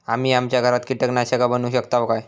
आम्ही आमच्या घरात कीटकनाशका बनवू शकताव काय?